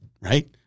right